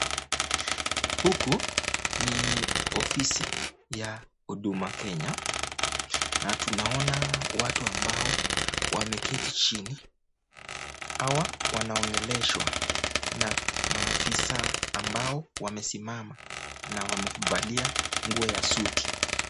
Huku ni ofisi ya huduma kenya na tunaona watu ambao wameketi chini. hawa wanaongeleshwa na maafisa ambao wamesimama na wamevalia nguo ya suti.